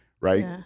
Right